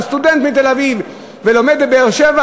אתה סטודנט מתל-אביב ולומד בבאר-שבע,